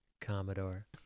Commodore